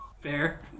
Fair